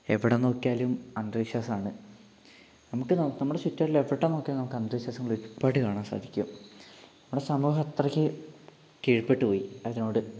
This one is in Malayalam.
എവിടെ നോക്കിയാലും അന്ധവിശ്വാസമാണ് നമുക്ക് നമ്മുടെ ചുറ്റൂമുള്ള എവിടെ നോക്കിയാലും നമുക്ക് അന്ധവിശ്വാസങ്ങൾ ഒരുപാട് കാണാൻ സാധിക്കും നമ്മുടെ സമൂഹം അത്രയ്ക്ക് കീഴ്പ്പെട്ട് പോയി അതിനോട്